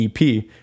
ep